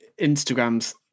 Instagram's